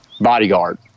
bodyguard